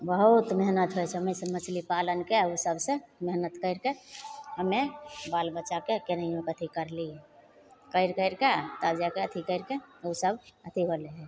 बहुत मेहनति हइ ओहि सबमेसे मछली पालनके ओसबसे मेहनति करिके हमे बाल बच्चाके केनाहिओके अथी करलिए करि करिके तब जाके अथी करिके ओसब अथी होलै हइ